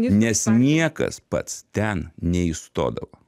nes niekas pats ten neįstodavo